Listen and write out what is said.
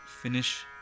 finish